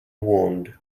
wound